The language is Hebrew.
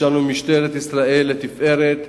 יש לנו משטרת ישראל לתפארת,